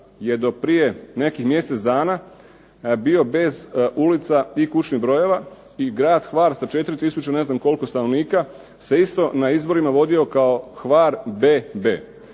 je do prije nekih mjesec dana bio bez ulica i kućnih brojeva. I grad Hvar sa 4000 i ne znam koliko stanovnika se isto na izborima vodio kao Hvar bb,